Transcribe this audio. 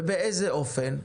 ובאיזה אופן?